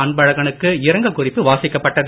அன்பழகனுக்கு இரங்கல் குறிப்பு வாசிக்கப்பட்டது